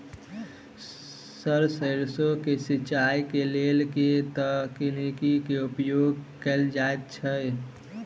Sir सैरसो केँ सिचाई केँ लेल केँ तकनीक केँ प्रयोग कैल जाएँ छैय?